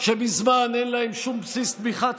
מזמן אין שום בסיס תמיכה ציבורי,